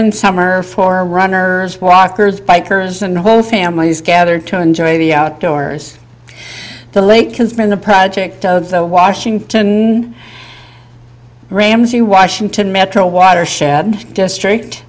in summer for runners walkers bikers and whole families gather to enjoy the outdoors the late can spend the project of the washington ramsey washington metro watershed district